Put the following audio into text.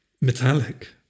metallic